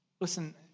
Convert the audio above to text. Listen